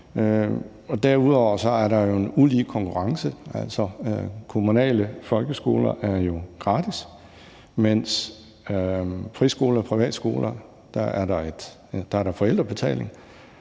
Derudover er der en ulig konkurrence. Kommunale folkeskoler er jo gratis, mens der for friskoler og privatskolers vedkommende er forældrebetaling.